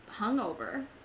hungover